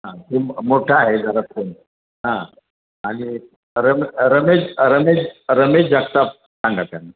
हां मोठा आहे जरा हां आणि रम रमेश रमेश रमेश जगताप सांगा त्यांना